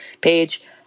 page